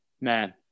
man